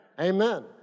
Amen